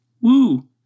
Woo